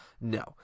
No